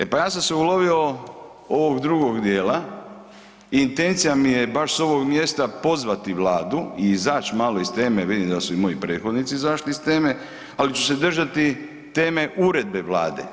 E pa, ja sam se ulovio ovog drugog dijela, intencija mi je baš s ovog mjesta pozvati Vladi i izaći malo iz teme, vidim da su i moji prethodnici izašli iz teme, ali ću se držati teme uredbe Vlade.